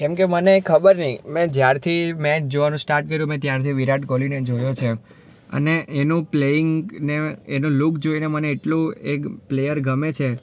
કેમ કે મને ખબર નથી મેં જ્યારથી મેચ જોવાનું સ્ટાર્ટ કર્યું મેં ત્યારથી વિરાટ કોહલીને જ જોયો છે અને એનું પ્લેઈંગને એનું લુક જોઈને મને એટલું એક પ્લેયર ગમે છે